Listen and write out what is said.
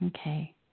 Okay